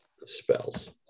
spells